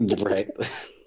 right